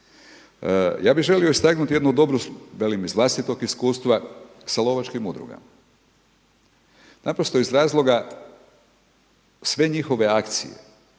Ja bih želio istaknuti jednu dobru, velim iz vlastitog iskustva sa lovačkim udrugama, naprosto iz razloga sve njihove akcije,